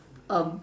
um